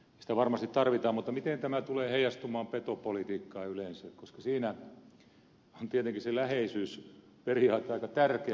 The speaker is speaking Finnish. sitä varmasti tarvitaan mutta miten tämä tulee heijastumaan petopolitiikkaan yleensä koska siinä on tietenkin se läheisyysperiaate aika tärkeä